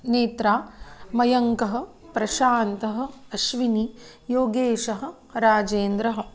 नेत्रा मयङ्कः प्रशान्तः अश्विनी योगेशः राजेन्द्रः